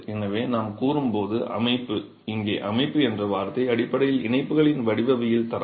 எனவே நாம் கூறும் போது அமைப்பு இங்கே அமைப்பு என்ற வார்த்தை அடிப்படையில் இணைப்புகளின் வடிவவியல் தரம்